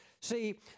See